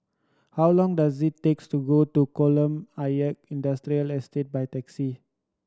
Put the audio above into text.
how long does it takes to go to Kolam Ayer Industrial Estate by taxi